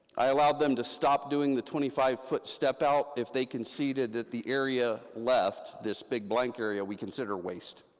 i allowed them to stop doing the twenty five foot step out, if they conceded that the area left, this big blank area, we consider waste,